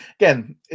again